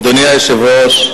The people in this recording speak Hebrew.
אדוני היושב-ראש,